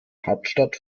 hauptstadt